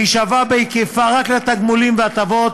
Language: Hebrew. והיא שווה בהיקפה רק לתגמולים ולהטבות